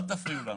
אל תפריעו לנו.